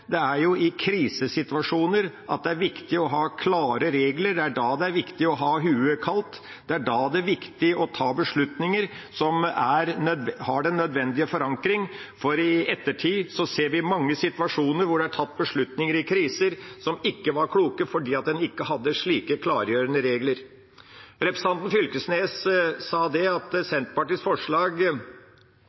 det er jo i krisesituasjoner det er viktig å ha klare regler. Det er da det er viktig å holde hodet kaldt. Det er da det er viktig å ta beslutninger som har den nødvendige forankring, for i ettertid ser vi mange situasjoner hvor det er tatt beslutninger i kriser som ikke var kloke, fordi en ikke hadde slike klargjørende regler. Representanten Knag Fylkesnes sa at Senterpartiets forslag